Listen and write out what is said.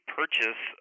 purchase